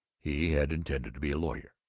he had intended to be a lawyer.